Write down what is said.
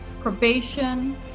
probation